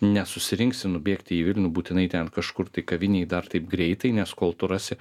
nesusirinksi nubėgti į vilnių būtinai ten kažkur tai kavinėj dar taip greitai nes kol tu rasi